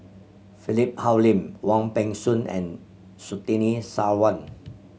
Philip Hoalim Wong Peng Soon and Surtini Sarwan